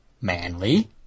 manly